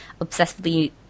obsessively